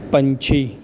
ਪੰਛੀ